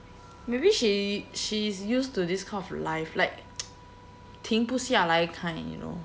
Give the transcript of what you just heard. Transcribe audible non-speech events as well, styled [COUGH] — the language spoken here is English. maybe she she is used to this kind of life like [NOISE] 停不下来 kind you know